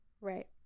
right